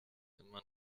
immer